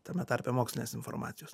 tame tarpe mokslinės informacijos